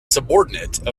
subordinate